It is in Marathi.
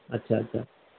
अच्छा अच्छा